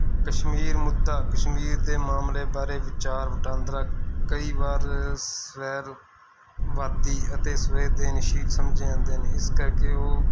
ਕਸ਼ਮੀਰ ਮੁੱਦਾ ਕਸ਼ਮੀਰ ਦੇ ਮਾਮਲੇ ਬਾਰੇ ਵਿਚਾਰ ਵਟਾਂਦਰਾ ਕਈ ਵਾਰ ਸਵੈਵਾਦੀ ਅਤੇ ਸੰਵੇਦਨਸ਼ੀਲ ਸਮਝੇ ਜਾਂਦੇ ਹਨ ਇਸ ਕਰਕੇ ਉਹ